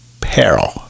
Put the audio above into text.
peril